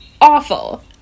Awful